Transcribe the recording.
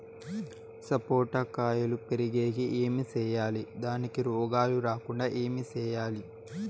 సపోట కాయలు పెరిగేకి ఏమి సేయాలి దానికి రోగాలు రాకుండా ఏమి సేయాలి?